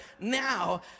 Now